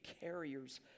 carriers